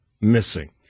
missing